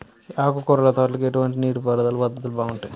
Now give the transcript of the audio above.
ఆకుకూరల తోటలకి ఎటువంటి నీటిపారుదల పద్ధతులు బాగుంటాయ్?